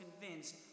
convinced